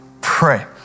pray